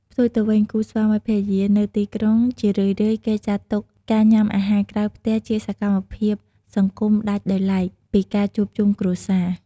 ផ្ទុយទៅវិញ គូស្វាមីភរិយានៅទីក្រុង ជារឿយៗគេចាត់ទុកការញ៉ាំអាហារក្រៅផ្ទះជាសកម្មភាពសង្គមដាច់ដោយឡែក ពីការជួបជុំគ្រួសារ។